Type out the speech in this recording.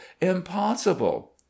Impossible